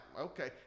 okay